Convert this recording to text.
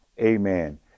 amen